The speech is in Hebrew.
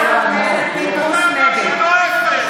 לא אפס.